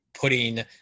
putting